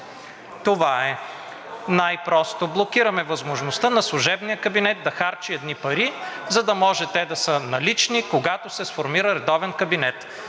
Това е най-просто. Блокираме възможността на служебния кабинет да харчи едни пари, за да може те да са налични, когато се сформира, редовен кабинет.